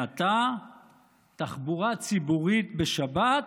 מעתה תחבורה ציבורית בשבת